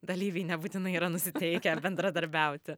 dalyviai nebūtinai yra nusiteikę bendradarbiauti